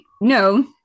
no